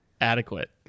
adequate